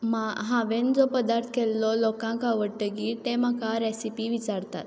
म्हा हांवें जो पदार्थ केल्लो लोकांक आवडटगीर ते म्हाका रॅसिपी विचारतात